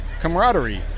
camaraderie